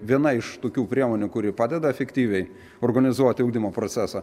viena iš tokių priemonių kuri padeda efektyviai organizuoti ugdymo procesą